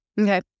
Okay